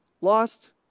Lost